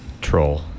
troll